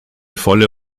volle